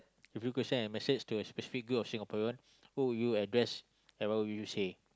if you could send a message to a specific group of Singaporean who would you address and what would you say